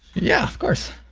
yeah, of course,